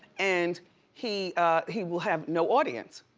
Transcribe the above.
and he he will have no audience.